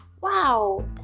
wow